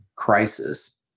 Crisis